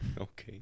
Okay